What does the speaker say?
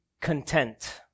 content